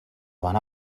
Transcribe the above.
joan